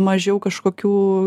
mažiau kažkokių